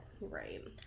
right